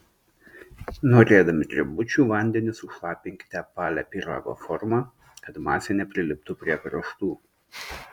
norėdami drebučių vandeniu sušlapinkite apvalią pyrago formą kad masė nepriliptų prie kraštų